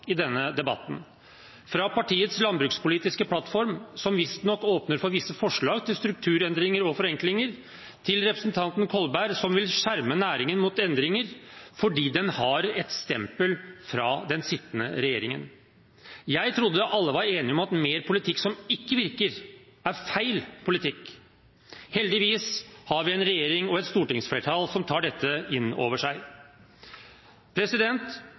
i denne debatten – fra partiets landbrukspolitiske plattform, som visstnok åpner for visse forslag til strukturendringer og forenklinger, til representanten Kolberg, som vil skjerme næringen mot endringer, fordi den har et stempel fra den sittende regjeringen. Jeg trodde alle var enige om at mer politikk som ikke virker, er feil politikk. Heldigvis har vi en regjering og et stortingsflertall som tar dette inn over seg.